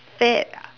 fat ah